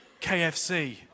KFC